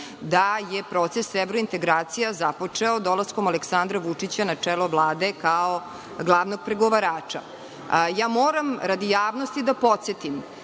da je proces evrointegracija započeo dolaskom Aleksandra Vučića na čelo Vlade, kao glavnog pregovarača. Moram radi javnosti da podsetim